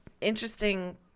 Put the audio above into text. interesting